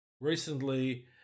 Recently